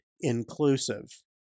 inclusive